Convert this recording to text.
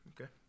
Okay